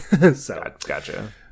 Gotcha